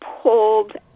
pulled